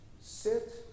sit